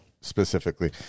specifically